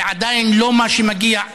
זה עדיין לא מה שמגיע לנכים.